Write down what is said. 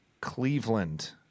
Cleveland